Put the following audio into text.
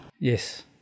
Yes